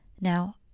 Now